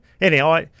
anyhow